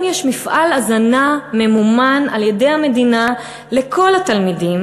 יש מפעל הזנה ממומן על-ידי המדינה לכל התלמידים.